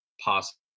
possible